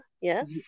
Yes